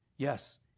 Yes